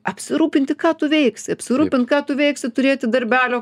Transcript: apsirūpinti ką tu veiksi apsirūpint ką tu veiksi turėti darbelio